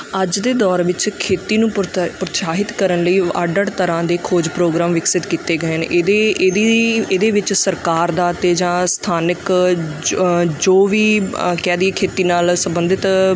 ਅੱਜ ਦੇ ਦੌਰ ਵਿੱਚ ਖੇਤੀ ਨੂੰ ਪੁਰਤਾਏ ਉਤਸ਼ਾਹਿਤ ਕਰਨ ਲਈ ਉਹ ਅੱਡ ਅੱਡ ਤਰ੍ਹਾਂ ਦੇ ਖੋਜ ਪ੍ਰੋਗਰਾਮ ਵਿਕਸਿਤ ਕੀਤੇ ਗਏ ਨੇ ਇਹਦੀ ਇਹਦੀ ਇਹਦੇ ਵਿੱਚ ਸਰਕਾਰ ਦਾ ਅਤੇ ਜਾਂ ਸਥਾਨਿਕ ਜ ਜੋ ਵੀ ਕਹਿ ਦੇਈਏ ਖੇਤੀ ਨਾਲ ਸੰਬੰਧਿਤ